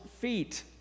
feet